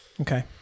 Okay